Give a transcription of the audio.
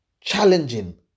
challenging